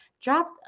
dropped